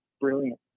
brilliant